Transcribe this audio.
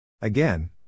Again